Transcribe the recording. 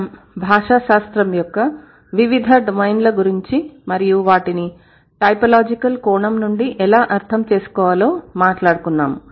మనం భాషాశాస్త్రం యొక్క వివిధ డొమైన్ల గురించి మరియు వాటిని టైపోలాజికల్ కోణం నుండి ఎలా అర్థం చేసుకోవాలో మాట్లాడుకున్నాము